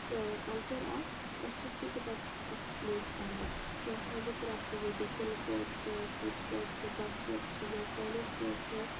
culture اکھ أسۍ چھ سُہ تہِ پَتہٕ ایٚکسپلین کران یا ہینڈِکرافٹ ییٚتیُک تِلہٕ کٲم چھِ فیٖتہ کٲم چھِ گَبہٕ کٲم چھِ یا قٲلیٖن کٲم چھِ